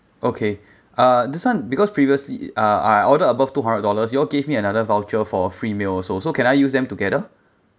okay uh this [one] because previously uh I order above two hundred dollars you all gave me another voucher for a free meal also so can I use them together